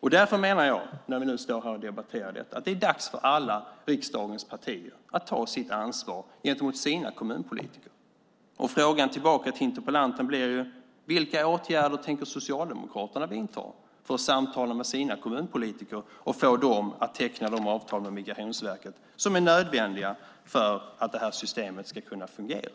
Jag menar att det är dags för alla riksdagens partier att ta sitt ansvar gentemot sina kommunpolitiker. Frågan tillbaka till interpellanten blir: Vilka åtgärder tänker Socialdemokraterna vidta för att samtala med sina kommunpolitiker och få dem att teckna de avtal med Migrationsverket som är nödvändiga för att det här systemet ska kunna fungera?